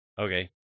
Okay